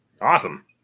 awesome